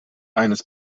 eines